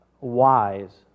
wise